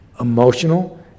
emotional